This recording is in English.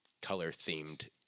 color-themed